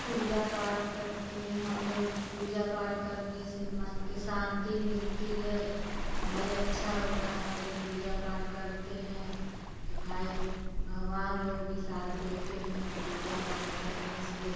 पूजा पाठ करते हैं हम लोग पूजा पाठ करने से मन के शांति मिलती है भाई अच्छा होता है जो पूजा पाठ करते हैं तो भाई भगवान लोग भी साथ देते हैं पूजा पाठ करने से